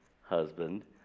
husband